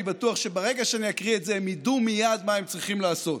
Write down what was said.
אני בטוח שברגע שאני אקריא את זה הם ידעו מייד מה הם צריכים לעשות: